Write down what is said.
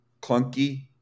clunky